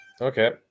Okay